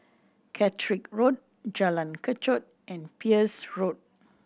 Catterick Road Jalan Kechot and Peirce Road